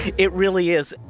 it really is